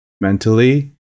mentally